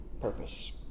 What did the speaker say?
purpose